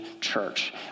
church